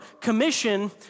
commission